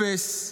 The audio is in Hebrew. אפס,